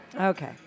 Okay